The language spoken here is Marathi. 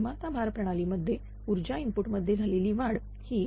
निर्माता भार प्रणालीमध्ये ऊर्जा इनपुट मध्ये झालेली वाढ ही